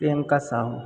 Priyanka Sahu